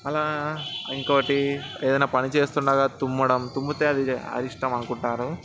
అలా ఇంకోటి ఏదన్నా పని చేస్తుండగా తుమ్మడం తుమ్మితే అది అరిష్టం అనుకుంటారు